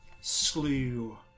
slew